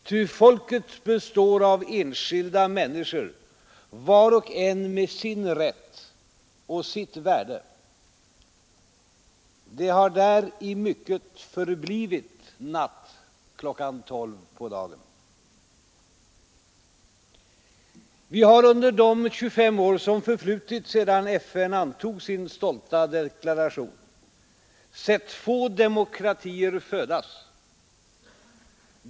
Ty folket består av enskilda människor, var och en med sin rätt och sitt värde. Det har där i mycket förblivit natt klockan tolv på dagen. Vi har under de 25 år som förflutit sedan FN antog sin stolta deklaration sett få demokratier födas.